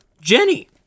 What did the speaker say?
Jenny